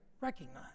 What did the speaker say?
Recognize